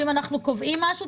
שאם אנחנו קובעים משהו,